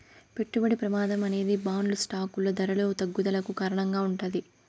పెట్టుబడి ప్రమాదం అనేది బాండ్లు స్టాకులు ధరల తగ్గుదలకు కారణంగా ఉంటాది